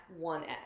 1x